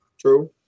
True